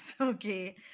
Okay